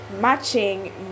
matching